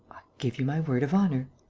give you my word of honour.